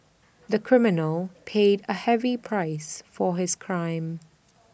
the criminal paid A heavy price for his crime